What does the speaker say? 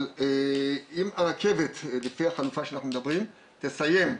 אבל אם הרכבת לפי החלופה שאנחנו מדברים עליה תסיים,